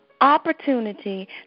opportunity